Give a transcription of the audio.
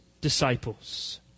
disciples